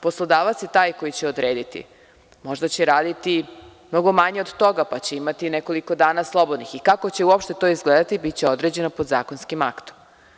Poslodavac je taj koji će odrediti, možda će raditi mnogo manje od toga, pa će imati nekoliko dana slobodno i kako će to uopšte izgledati biće određeno podzakonskim aktom.